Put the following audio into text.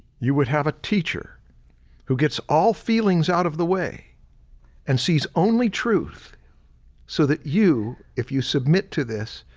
you would have a teacher who gets all feelings out of the way and sees only truth so that you, if you submit to this,